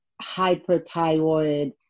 hyperthyroid